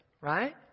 right